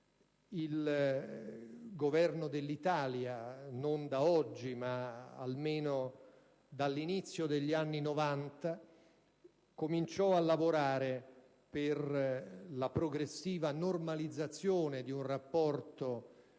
Il Governo dell'Italia, non da oggi, ma almeno dall'inizio degli anni Novanta, cominciò a lavorare per la progressiva normalizzazione di un rapporto